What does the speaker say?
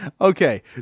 okay